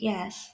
Yes